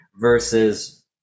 versus